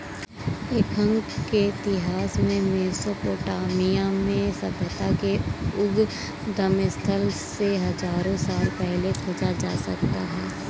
लेखांकन के इतिहास को मेसोपोटामिया में सभ्यता के उद्गम स्थल से हजारों साल पहले खोजा जा सकता हैं